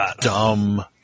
dumb